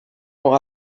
ont